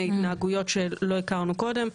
התנהגויות שלא הכרנו קודם,